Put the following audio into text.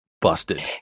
Busted